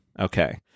Okay